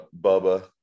Bubba